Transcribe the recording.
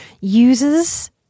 uses